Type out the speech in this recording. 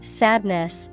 sadness